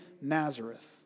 Nazareth